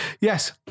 Yes